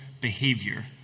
behavior